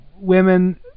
women